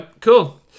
cool